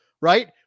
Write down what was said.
right